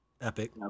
epic